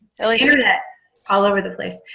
say hear that all over the place.